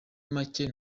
make